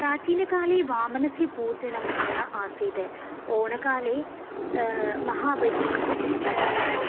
प्राचीनकाले वामनस्य पूजनं न आसीत् ओणकाले महाबलिः